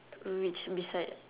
which beside